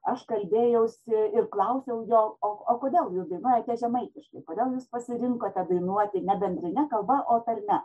aš kalbėjausi ir klausiau jo o o kodėl jūs nedainuojate žemaitiškai kodėl jūs pasirinkote dainuoti ne bendrine kalba o tarme